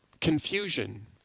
confusion